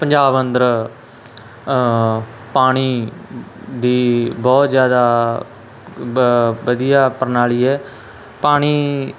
ਪੰਜਾਬ ਅੰਦਰ ਪਾਣੀ ਦੀ ਬਹੁਤ ਜ਼ਿਆਦਾ ਵ ਵਧੀਆ ਪ੍ਰਣਾਲੀ ਹੈ ਪਾਣੀ